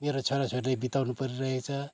मेरो छोरा छोरीले बिताउनु परिरहेछ